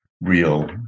real